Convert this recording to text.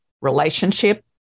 relationship